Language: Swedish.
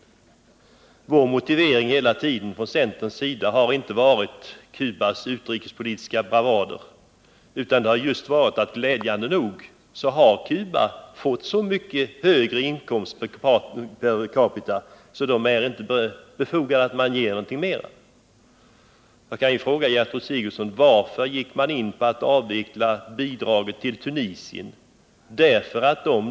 Centerns motivering för att upphöra med biståndet till Cuba har inte varit de utrikespolitiska bravaderna, utan det avgörande har varit att Cuba glädjande nog har fått så mycket högre inkomst per capita att det inte är befogat att ge u-hjälp mera. Varför gick man in för att avveckla bidraget till Tunisien, Gertrud Sigurdsen?